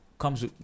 comes